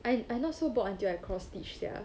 I I now so bored until I cross stitch sia